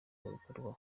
mubikorwa